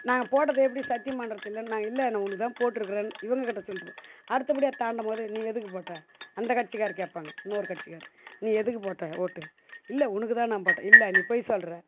நாங்கள் போட்டது எப்படி சத்தியம் பண்ணுறது இல்லைன்னு நான் இல்லை நான் உனக்கு தான் போட்டிருக்கறேன்னு இவங்கக்கிட்ட சொல்லிடுவேன் அடுத்தபடியாக தாண்டும்போது நீ எதுக்கு போட்ட அந்த கட்சிக்கார் கேட்பாங்க இன்னொரு கட்சிக்கார் நீ எதுக்கு போட்ட ஓட்டு இல்லை உனக்கு தான் நான் போட்டேன் இல்லை நீ பொய் சொல்கிற